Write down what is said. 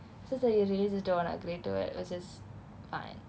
it's just that you really just don't want to agree to it which is fine